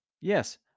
Yes